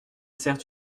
certes